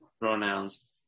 pronouns